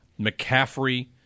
McCaffrey